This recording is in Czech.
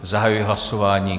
Zahajuji hlasování.